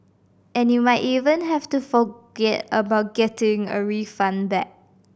and you might even have to forget about getting a refund back